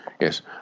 Yes